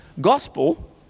Gospel